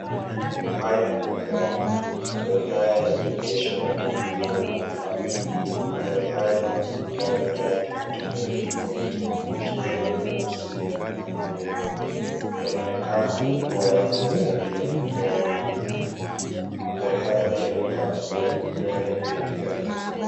Haya ni magari. Magari haya yameegeshwa kwa mpangilio unaofaa. Magari haya ni magari ya rangi tofauti tofauti ikiwemo nyeusi na nyeupe. Yanaonekana ni kuwa yako zaidi ya magari manne. Magari haya pia yaonekana kuwa ni magari ya bei ghali.